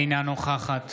אינה נוכחת